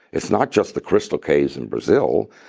it's not just the crystal caves in brazil.